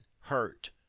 hurt